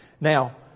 Now